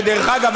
שדרך אגב,